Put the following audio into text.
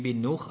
B Nuh